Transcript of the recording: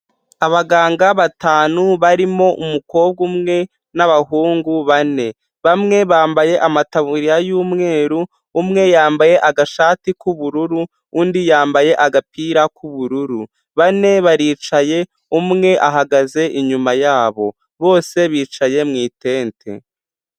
Abaganga batanu barimo umukobwa umwe n'abahungu bane. Bamwe bambaye amataburiya y'umweru, umwe yambaye agashati k'ubururu, undi yambaye agapira k'ubururu. Bane baricaye umwe ahagaze inyuma yabo. Bose bicaye mu itente.